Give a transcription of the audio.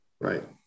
right